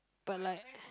but like